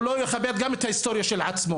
הוא לא יכבד גם את ההיסטוריה של עצמו,